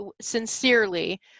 sincerely